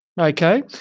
Okay